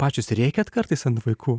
pačios rėkiat kartais ant vaikų